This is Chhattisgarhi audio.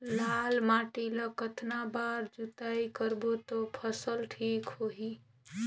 लाल माटी ला कतना बार जुताई करबो ता फसल ठीक होती?